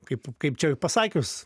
kaip kaip čia pasakius